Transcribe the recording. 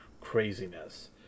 craziness